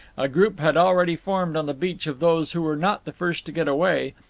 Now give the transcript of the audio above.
a group had already formed on the beach of those who were not the first to get away,